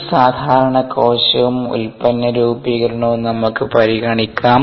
ഒരു സാധാരണ കോശവും ഉൽപ്പന്ന രൂപീകരണവും നമുക്ക് പരിഗണിക്കാം